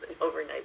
overnight